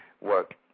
work